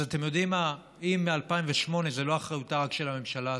וזו לא רק אחריותה של הממשלה,